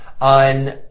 on –